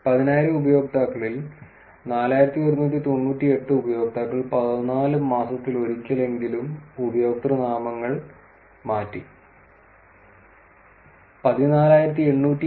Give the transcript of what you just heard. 10000 ഉപയോക്താക്കളിൽ 4198 ഉപയോക്താക്കൾ 14 മാസത്തിലൊരിക്കലെങ്കിലും ഉപയോക്തൃനാമങ്ങൾ മാറ്റി